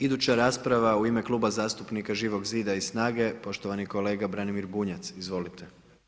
Iduća rasprava u ime Kluba zastupnika Živog zida i SNAGA-e, poštovani kolega Branimir Bunjac, izvolite.